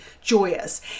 joyous